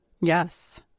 Yes